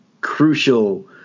crucial